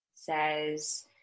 says